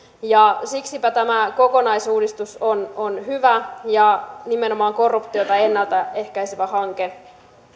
ja siksipä tämä kokonaisuudistus on on hyvä ja nimenomaan korruptiota ennalta ehkäisevä hanke